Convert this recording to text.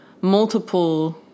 multiple